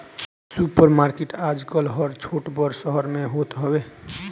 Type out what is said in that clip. super market आजकल हर छोट बड़ शहर में होत हवे